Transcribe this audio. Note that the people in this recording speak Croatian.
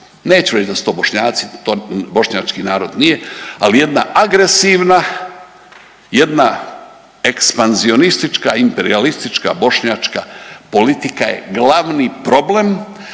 Neću reći da su to Bošnjaci, to bošnjački narod nije. Ali jedna agresivna, jedna ekspanzionistička, imperijalistička, bošnjačka politika je glavni problem.